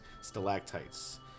stalactites